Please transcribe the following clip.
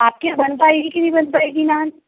आपके यहाँ बन पाएगी की नई बन पाएगी मैम